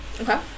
Okay